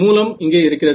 மூலம் இங்கே இருக்கிறது